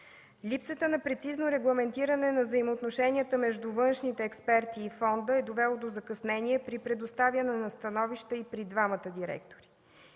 Липсата на прецизно регламентиране на взаимоотношенията между външните експерти и фонда е довело до закъснение при предоставяне на становища и при двамата директори.